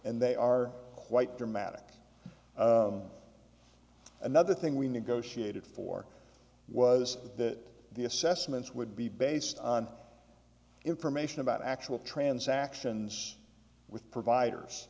and they are quite dramatic another thing we negotiated for was that the assessments would be based on information about actual transactions with providers